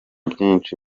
byinshi